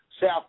South